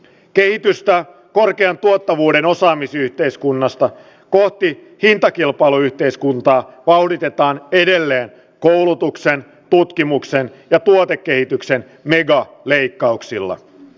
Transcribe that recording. kennedysta korkean tuottavuuden osaamisyhteiskunnasta kohti hintakilpailuyhteiskuntaa vauhditetaan edelleen koulutuksen tutkimuksen ja tuotekehityksen meinaa leikkauksilla